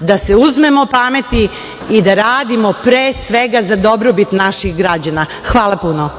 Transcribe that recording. da se uzmemo pameti i da radimo, pre svega, za dobrobit naših građana. Hvala puno.